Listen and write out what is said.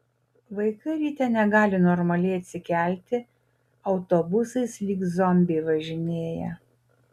vaikai ryte negali normaliai atsikelti autobusais lyg zombiai važinėja